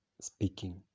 speaking